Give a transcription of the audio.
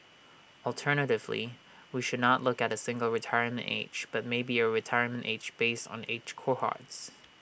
alternatively we should not look at A single retirement age but maybe A retirement age based on age cohorts